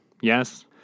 yes